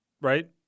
right